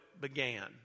began